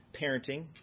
parenting